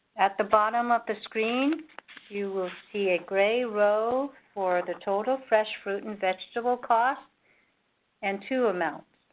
at the bottom of the screen you will see a gray row for the total fresh fruit and vegetable costs and two amounts.